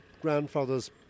grandfather's